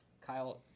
Kyle